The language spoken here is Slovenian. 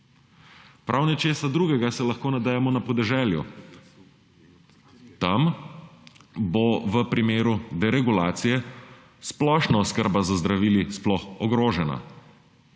Prav nečesa drugega se lahko nadejamo na podeželju. Tam bo v primeru deregulacije splošna oskrba z zdravili sploh ogrožena.